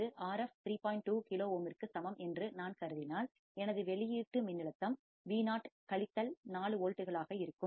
2 kilo ஓமிற்கு சமம் என்று நான் கருதினால் எனது வெளியீட்டு மின்னழுத்தம்அவுட்புட்வோல்டேஜ் Vo கழித்தல் 4 வோல்ட்டுகளாக இருக்கும்